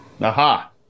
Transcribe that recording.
Aha